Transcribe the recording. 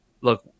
Look